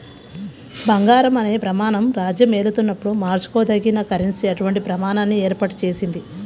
బంగారం అనే ప్రమాణం రాజ్యమేలుతున్నప్పుడు మార్చుకోదగిన కరెన్సీ అటువంటి ప్రమాణాన్ని ఏర్పాటు చేసింది